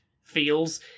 feels